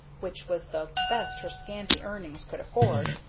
which was the best her scanty earnings could afford,